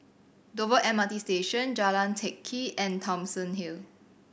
Dover M R T Station Jalan Teck Kee and Thomson Hill